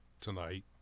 tonight